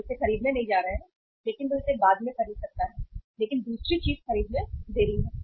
हम इसे खरीदने नहीं जा रहे हैं लेकिन वह इसे बाद में खरीद सकता है लेकिन दूसरी चीज खरीद में देरी है